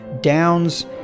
downs